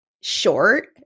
short